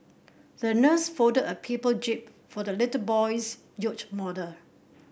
the nurse folded a paper jib for the little boy's yacht model